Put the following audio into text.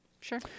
Sure